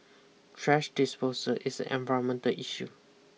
thrash disposal is an environmental issue